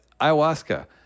ayahuasca